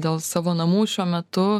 dėl savo namų šiuo metu